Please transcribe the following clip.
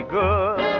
good